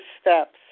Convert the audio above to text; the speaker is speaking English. steps